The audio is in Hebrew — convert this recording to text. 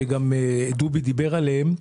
שגם דובי דיבר עליהם,